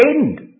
end